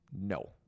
no